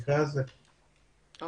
אני